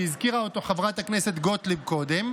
שהזכירה חברת הכנסת גוטליב קודם,